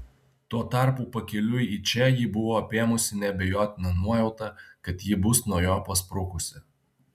tuo tarpu pakeliui į čia jį buvo apėmusi neabejotina nuojauta kad ji bus nuo jo pasprukusi